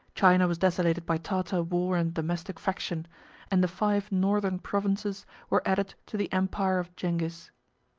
china was desolated by tartar war and domestic faction and the five northern provinces were added to the empire of zingis.